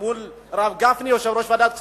מול הרב גפני, יושב-ראש ועדת הכספים?